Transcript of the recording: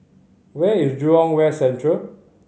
where is Jurong West Central